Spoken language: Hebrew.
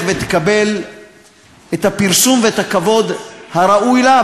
ותקבל את הפרסום ואת הכבוד הראוי לה,